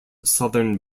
southern